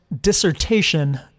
dissertation